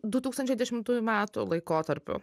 du tūkstančiai dešimtųjų metų laikotarpiu